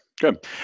good